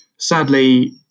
Sadly